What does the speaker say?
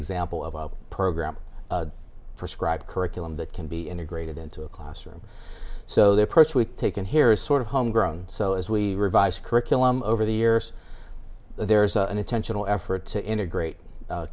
example of a program prescribe curriculum that can be integrated into a classroom so they approach we've taken here is sort of home grown so as we revised curriculum over the years there's an intentional effort to integrate